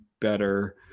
better